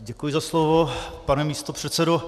Děkuji za slovo, pane místopředsedo.